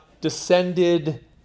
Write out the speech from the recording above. descended